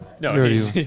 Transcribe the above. No